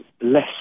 less